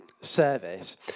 service